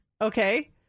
okay